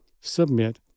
submit